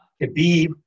Khabib